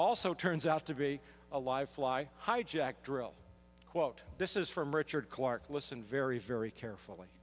also turns out to be a live fly hijack drill quote this is from richard clarke listened very very carefully